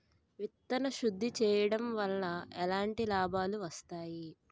విత్తన శుద్ధి చేయడం వల్ల ఎలాంటి లాభాలు వస్తాయి?